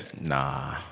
Nah